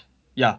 ya